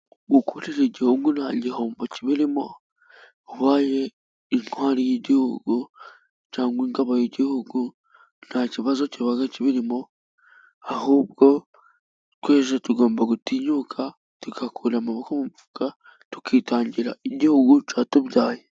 Ukujije igihungu nta gihombo kibirimo ,ubaye intwari y'igihugu cyangwa ingabo y'igihugu nta kibazo kiba kibirimo ahubwo twese tugomba gutinyuka, tugakura mu mifuka ,tukitangira igihugu cyatubyaye.